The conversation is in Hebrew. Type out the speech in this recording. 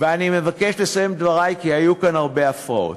ואני מבקש לסיים את דברי, כי היו כאן הרבה הפרעות.